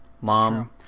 Mom